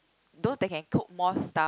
those that can cook more stuff